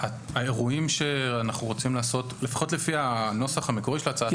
האירועים שאנחנו רוצים לעשות לפחות לפי הנוסח המקורי של הצעת החוק,